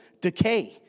decay